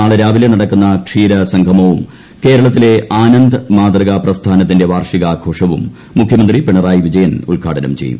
നാളെ രാവിലെ നടക്കുന്ന ക്ഷീരസംഗമവും കേരളത്തിലെ ആനന്ദ് മാതൃക പ്രസ്ഥാനത്തിന്റെ വാർഷികാഘോഷവും മുഖ്യമന്ത്രി പിണറായി വിജയൻ ഉദ്ഘാടനം ചെയ്യും